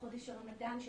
חודש הרמדאן.